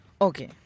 Okay